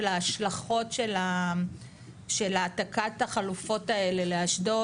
ההשלכות של העתקת החלופות האלה לאשדוד.